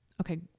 Okay